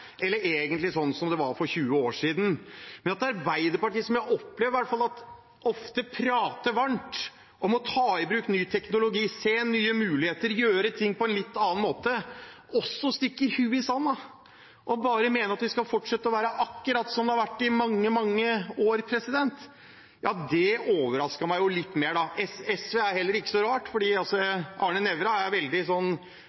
eller egentlig sånn som det var for 20 år siden. Men at Arbeiderpartiet, som jeg i hvert fall opplever ofte prater varmt om å ta i bruk ny teknologi, se nye muligheter, gjøre ting på en litt annen måte, også stikker hodet i sanden og bare mener at det skal fortsette å være akkurat som det har vært i mange, mange år, overrasker meg litt mer. Med SV er det heller ikke så rart,